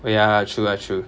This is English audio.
oh ya true ah true